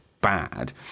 bad